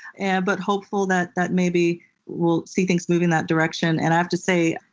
and but hopeful that that maybe we'll see things moving that direction. and i have to say,